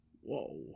Whoa